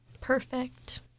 Perfect